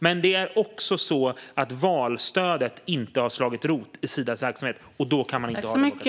Men om valstödet inte slår rot i Sidas verksamhet blir det ingen demokrati.